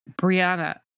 brianna